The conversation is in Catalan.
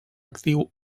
actiu